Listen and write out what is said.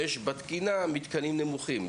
יש בתקינה מתקנים נמוכים.